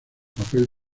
papel